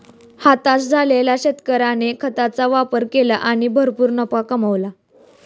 हताश झालेल्या शेतकऱ्याने खताचा वापर केला आणि भरपूर नफा कमावला